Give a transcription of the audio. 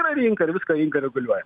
yra rinka ir viską rinka reguliuoja